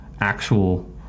actual